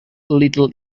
little